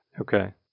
Okay